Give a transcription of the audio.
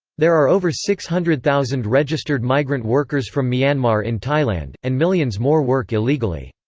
there are over six hundred thousand registered migrant workers from myanmar in thailand, and millions more work illegally.